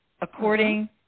according